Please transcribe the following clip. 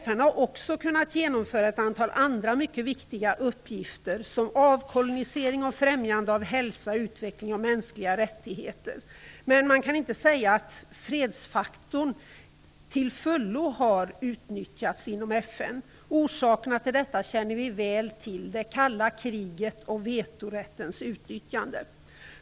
FN har också kunnat genomföra ett antal andra mycket viktiga uppgifter som avkolonialisering och främjande av hälsa, utveckling och mänskliga rättigheter. Men man kan inte säga att fredsfaktorn till fullo har utnyttjats inom FN. Orsakerna till detta känner vi väl till - det kalla kriget och vetorättens utnyttjande.